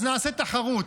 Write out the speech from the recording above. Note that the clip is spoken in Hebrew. אז נעשה תחרות,